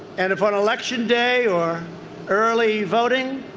and if an election day or early voting.